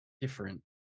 different